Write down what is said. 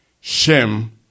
Shem